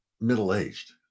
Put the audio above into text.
middle-aged